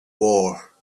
war